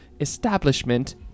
establishment